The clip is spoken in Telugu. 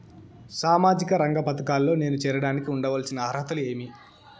సామాజిక రంగ పథకాల్లో నేను చేరడానికి ఉండాల్సిన అర్హతలు ఏమి?